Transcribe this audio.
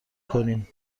کنیم